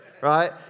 right